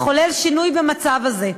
לחולל שינוי במצב הזה.